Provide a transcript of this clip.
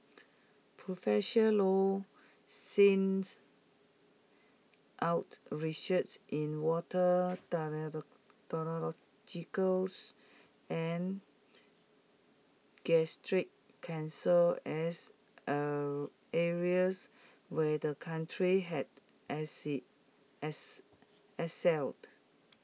professor low out research in water and gastric cancer as areas where the country had excelled